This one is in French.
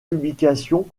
publications